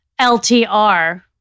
LTR